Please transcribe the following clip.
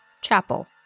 chapel